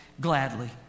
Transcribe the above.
gladly